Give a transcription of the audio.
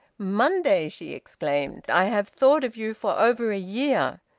monday! she exclaimed. i have thought of you for over a year.